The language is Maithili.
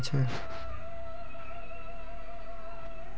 कृषि प्रदूषण हो जैला रो बाद मेहनत बेकार होय जाय छै